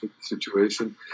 situation